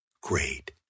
great